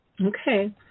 okay